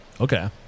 Okay